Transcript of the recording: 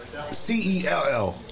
C-E-L-L